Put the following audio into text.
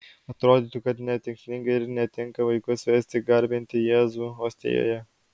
atrodytų kad netikslinga ir netinka vaikus vesti garbinti jėzų ostijoje